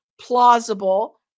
plausible